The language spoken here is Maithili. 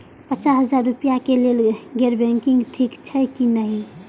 पचास हजार रुपए के लेल गैर बैंकिंग ठिक छै कि नहिं?